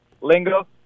lingo